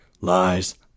Lies